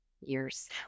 years